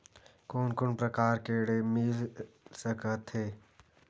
कोन कोन प्रकार के ऋण मिल सकथे?